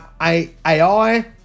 AI